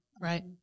right